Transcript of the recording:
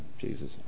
Jesus